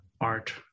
art